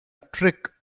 trick